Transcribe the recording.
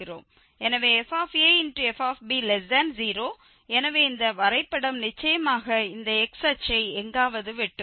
எனவே fafb0 எனவே இந்த வரைபடம் நிச்சயமாக இந்த x அச்சை எங்காவது வெட்டும்